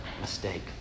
mistake